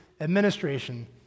administration